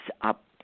up